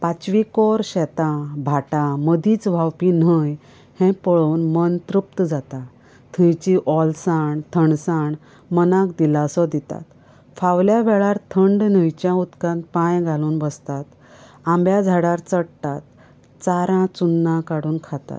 पांचवीकोर शेतां भाटां मदींच व्हांवपी न्हंय हे पळोवन मन तृप्त जाता थंयची ओलसाण थंडसाण मनाक दिलासो दितात फावलें वळार थंड न्हंयच्या उदकांत पांय घालून बसतात आंब्या झाडार चडटा चारां चुन्ना काडून खातात